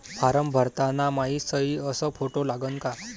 Form भरताना मायी सयी अस फोटो लागन का?